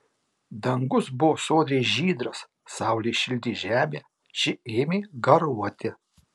dangus buvo sodriai žydras saulė šildė žemę ši ėmė garuoti